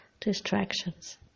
distractions